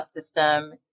system